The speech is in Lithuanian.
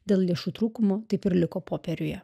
dėl lėšų trūkumo taip ir liko popieriuje